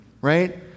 right